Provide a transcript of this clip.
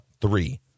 Three